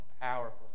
powerful